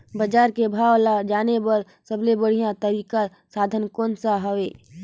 बजार के भाव ला जाने बार सबले बढ़िया तारिक साधन कोन सा हवय?